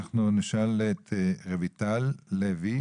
רויטל לוי.